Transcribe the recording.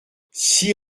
six